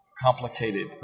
complicated